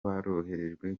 boroherejwe